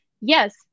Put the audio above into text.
yes